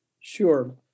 Sure